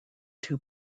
two